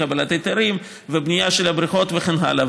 עם קבלת היתרים ובנייה של הבריכות וכן הלאה.